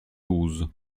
douze